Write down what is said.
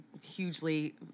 hugely